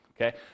okay